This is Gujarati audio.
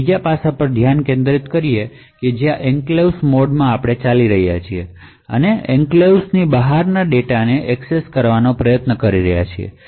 આપણે ત્રીજા પાસા પર પણ ધ્યાન આપીશું જ્યાં તમે એન્ક્લેવ્સ મોડમાં છો અને એન્ક્લેવ્સ ની બહારના ડેટાને એક્સેસ કરવાનો પ્રયાસ કરી રહ્યાં છો